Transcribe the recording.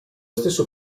stesso